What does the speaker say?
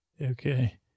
Okay